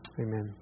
Amen